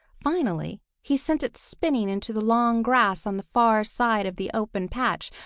finally he sent it spinning into the long grass on the far side of the open patch,